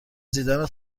دیدنت